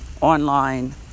online